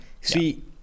See